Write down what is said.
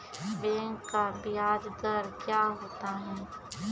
Bank का ब्याज दर क्या होता हैं?